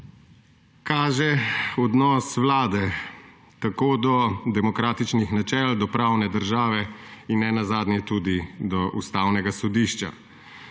kaže odnos vlade tako do demokratičnih načel, do pravne države in nenazadnje tudi do ustavnega sodišča.